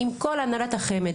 עם כל הנהלת החמ"ד.